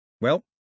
Well